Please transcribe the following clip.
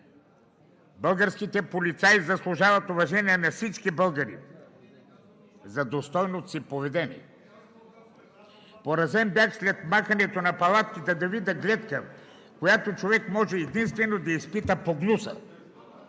Българските полицаи заслужават уважението на всички българи за достойното си поведение! Поразен бях след махането на палатките да видя гледка, от която човек може единствено да изпита погнуса